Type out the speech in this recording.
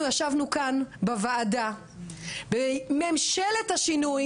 אנחנו ישבנו כאן בוועדה בממשלת השינוי,